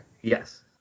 Yes